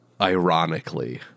ironically